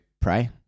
pray